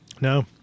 No